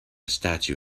statue